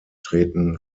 treten